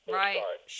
right